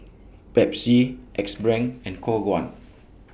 Pepsi Axe Brand and Khong Guan